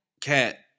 cat